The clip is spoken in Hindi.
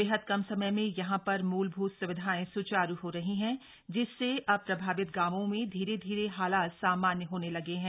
बेहद कम समय में यहां पर मूलभूत स्विधाएं स्चारू हो रही है जिससे अब प्रभावित गांवों में धीरे धीरे हालात सामान्य होने लगे हैं